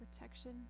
protection